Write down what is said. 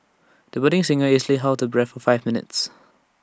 the budding singer easily held her breath for five minutes